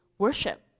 worship